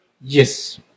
Yes